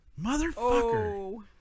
Motherfucker